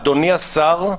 אדוני השר,